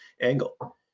angle